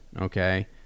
Okay